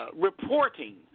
reporting